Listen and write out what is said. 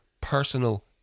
Personal